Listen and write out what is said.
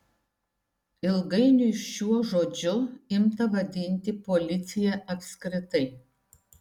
ilgainiui šiuo žodžiu imta vadinti policiją apskritai